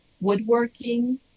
Woodworking